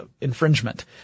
infringement